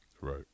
Right